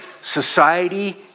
society